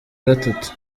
gatatu